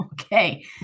Okay